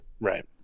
Right